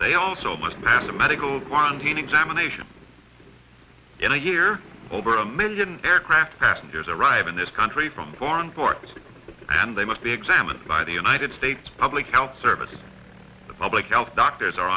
they also must mathematical wanting jam a nation in a year over a million aircraft passengers arrive in this country from foreign ports and they must be examined by the united states public health service the public health doctors are